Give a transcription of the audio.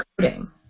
coding